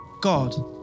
God